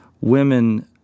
women